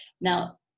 Now